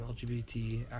LGBT